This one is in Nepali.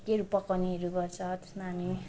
के केहरू पकाउनेहरू गर्छ जसमा हामी